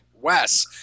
Wes